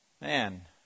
man